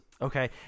okay